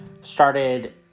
started